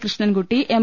Krishnankutty M